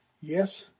yes